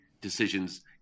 Decisions